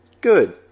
Good